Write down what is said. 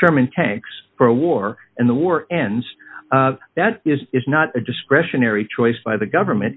sherman tanks for a war and the war ends that is not a discretionary choice by the government